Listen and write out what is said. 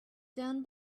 down